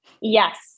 Yes